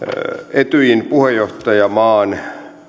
etyjin puheenjohtajamaan